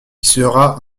sera